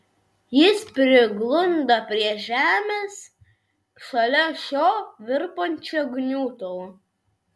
jis priglunda prie žemės šalia šio virpančio gniutulo